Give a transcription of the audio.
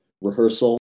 rehearsal